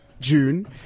June